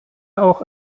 auch